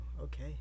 okay